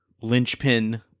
linchpin